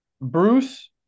Bruce